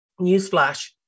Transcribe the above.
Newsflash